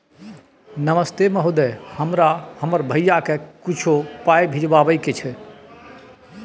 नमस्ते महोदय, हमरा हमर भैया के कुछो पाई भिजवावे के छै?